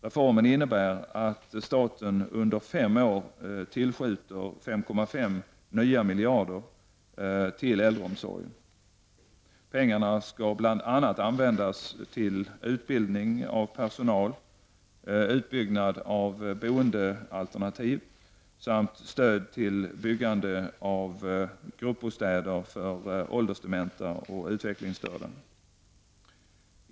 Reformen innebär att staten under fem år tillskjuter 5,5 nya miljarder till äldreomsorgen. Pengarna skall bl.a. användas till utbildning av personal, utbyggnad av boendealternativ samt stöd till byggande av gruppbostäder för åldersdementa och psykiskt utvecklingsstörda.